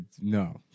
no